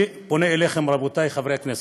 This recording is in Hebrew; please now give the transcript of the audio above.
אני פונה אליכם, רבותי חברי הכנסת.